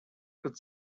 could